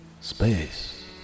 Space